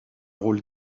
rôle